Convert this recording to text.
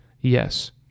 Yes